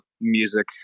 music